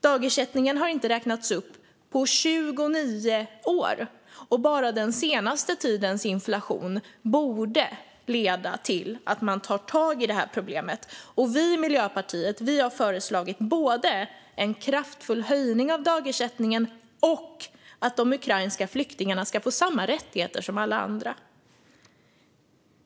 Dagersättningen har inte räknats upp på 29 år. Bara den senaste tidens inflation borde leda till att man tar tag i problemet. Vi i Miljöpartiet har föreslagit både en kraftfull höjning av dagersättningen och att de ukrainska flyktingarna ska få samma rättigheter som alla andra.